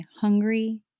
hungry